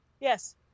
Yes